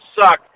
suck